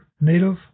Native